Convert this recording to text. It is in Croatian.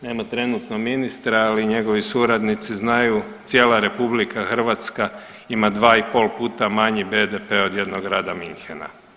Nema trenutno ministra ali njegovi suradnici znaju cijela RH ima 2,5 puta manji BDP od jednog grada Munchena.